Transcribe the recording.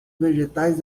vegetais